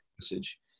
message